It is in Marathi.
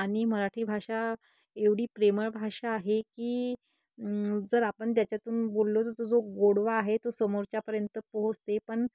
आणि मराठी भाषा एवढी प्रेमळ भाषा आहे की जर आपण त्याच्यातून बोललो तर तो जो गोडवा आहे तो समोरच्यापर्यंत पोहोचते पण